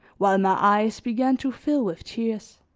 while my eyes began to fill with tears